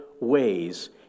ways